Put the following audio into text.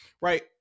right